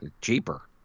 cheaper